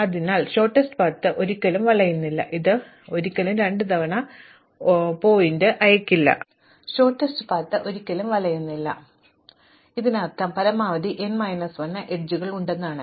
അതിനാൽ ഹ്രസ്വമായ പാത ഒരിക്കലും വളയുന്നില്ല അതിനാൽ ഇത് ഒരിക്കലും രണ്ടുതവണ ശീർഷകം അയയ്ക്കില്ല ഇതിനർത്ഥം എനിക്ക് പരമാവധി n മൈനസ് 1 അരികുകളുണ്ടെന്നാണ്